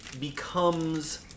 becomes